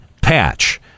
patch